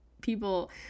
people